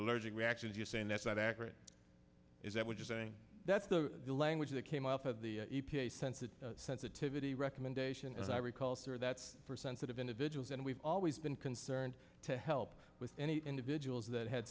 allergic reactions you're saying that's not accurate is that what you're saying that's the language that came off of the e p a sensitive sensitivity recommendation as i recall sir that's for sensitive individuals and we've always been concerned to help with any individuals that had